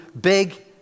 big